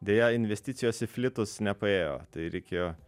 deja investicijos į flitus nepaėjo tai reikėjo